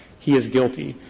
he is guilty.